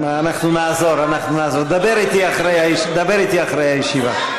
אנחנו נעזור, אנחנו נעזור, דבר איתי אחרי הישיבה.